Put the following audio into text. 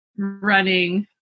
running